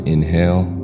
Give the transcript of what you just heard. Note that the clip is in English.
Inhale